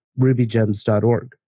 rubygems.org